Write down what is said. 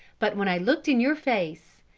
but when i looked in your face,